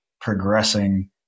progressing